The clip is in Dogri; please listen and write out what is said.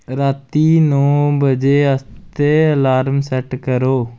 राती नौ बजे आस्तै अलार्म सेट करो